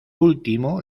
último